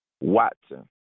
Watson